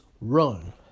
run